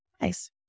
Nice